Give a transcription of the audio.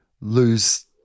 lose